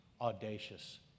audacious